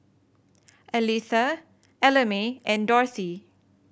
Aletha Ellamae and Dorthy